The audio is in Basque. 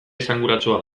esanguratsua